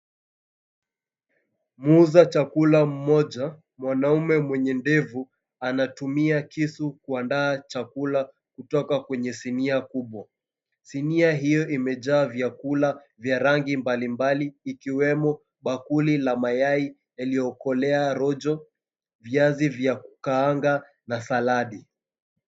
Muuza chakula mmoja mwanaume mwenye ndevu, anatumia kisu kuandaa chakula kutoka kwenye sinia kubwa. Sinia hiyo imejaa vyakula vya rangi mbalimbali ikiwemo bakuli la mayai yaliyokolea rojo, viazi vya kukaanga na saladi.